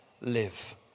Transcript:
live